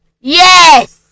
Yes